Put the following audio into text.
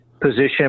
position